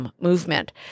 movement